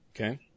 Okay